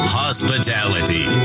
hospitality